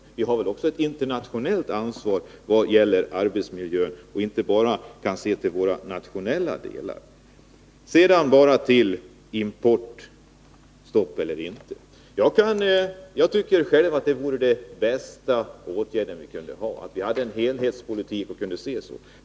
Sverige har också ett internationellt ansvar vad gäller arbetsmiljön och kan inte bara bedöma frågan ur handelspolitisk synpunkt. Jag vill sedan ta upp frågan om importstopp eller inte. Jag tycker själv att den bästa åtgärden är ett importförbud om vi anlägger en helhetspolitisk syn på frågan.